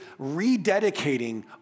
rededicating